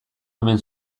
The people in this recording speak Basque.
omen